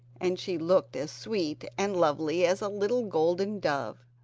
and she looked as sweet and lovely as a little golden dove.